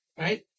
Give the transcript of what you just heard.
Right